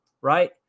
right